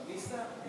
שמיסה?